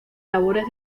labores